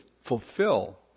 fulfill